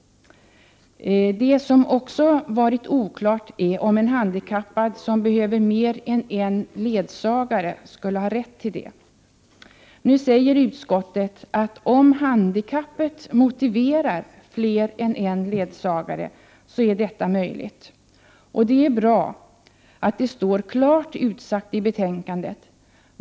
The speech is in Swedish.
Det som också varit oklart är om en handikappad som behöver mer än en ledsagare skall ha rätt till det. Nu säger utskottet att om handikappet motiverar fler än en ledsagare är detta möjligt. Och det är bra att det står klart utsagt i betänkandet.